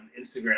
Instagram